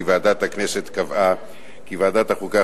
כי ועדת הכנסת קבעה כי ועדת החוקה,